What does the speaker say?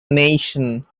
nation